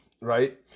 right